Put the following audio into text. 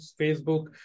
Facebook